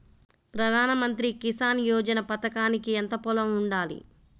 ప్రధాన మంత్రి కిసాన్ యోజన పథకానికి ఎంత పొలం ఉండాలి?